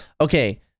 okay